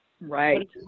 Right